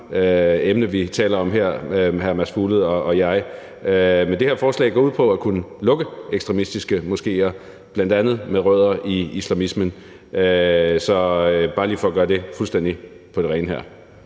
det er det samme emne, hr. Mads Fuglede og jeg taler om. Men det her forslag går ud på at kunne lukke ekstremistiske moskéer, bl.a. med rødder i islamismen. Det er bare lige for at få det fuldstændig på det rene.